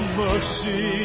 mercy